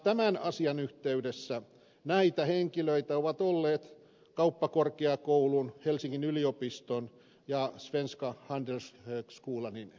tämän asian yhteydessä näitä henkilöitä ovat olleet kauppakorkeakoulun helsingin yliopiston ja svenska handelshögskolanin edustajat